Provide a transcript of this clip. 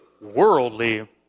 worldly